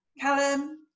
Callum